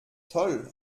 toll